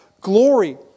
glory